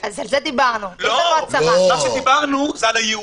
דיברנו על זה.